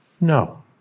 no